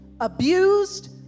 abused